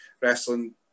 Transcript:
wrestling